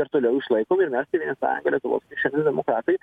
ir toliau išlaikom ir mes tėvynės sąjunga lietuvos krikščionys demokratai